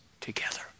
together